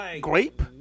Grape